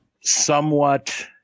somewhat